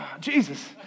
Jesus